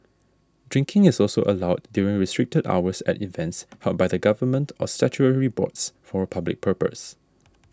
drinking is also allowed during restricted hours at events held by the Government or statutory boards for a public purpose